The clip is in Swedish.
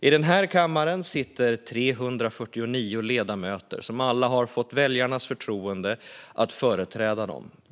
I den här kammaren sitter 349 ledamöter som alla har fått väljarnas förtroende att företräda dem.